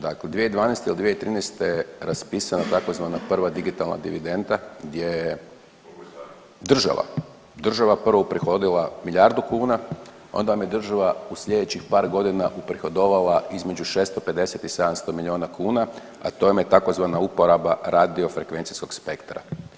Dakle, 2012. ili 2013. je raspisana tzv. prva digitalna dividenda gdje država, država je prvo uprihodila milijardu kuna, onda vam je država u sljedećih par godina uprihodovala između 650 i 700 milijuna kuna, a to vam je tzv. uporaba radio frekvencijskog spektra.